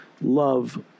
love